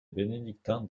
bénédictin